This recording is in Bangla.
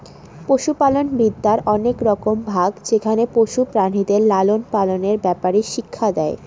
পশুপালনবিদ্যার অনেক রকম ভাগ যেখানে পশু প্রাণীদের লালন পালনের ব্যাপারে শিক্ষা দেয়